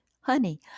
honey